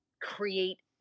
create